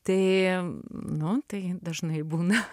tai nu tai dažnai būna